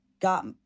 got